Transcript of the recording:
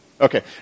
Okay